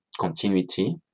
continuity